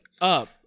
up